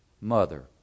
mother